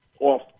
off